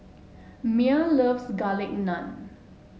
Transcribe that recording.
Mia loves Garlic Naan